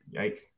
Yikes